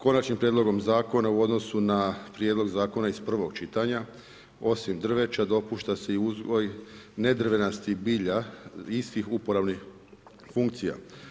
Konačnim prijedlogom zakona, u odnosu na prijedlog zakona iz prvog čitanja, osim drveća, dopušta se i uzgoj nedrvenstaih bilja, istih uporabnih funkcija.